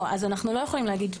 לא, אז אנחנו לא יכולים להגיד.